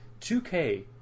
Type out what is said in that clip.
2K